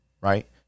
right